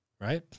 Right